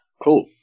Cool